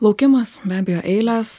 laukimas be abejo eilės